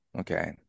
Okay